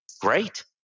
great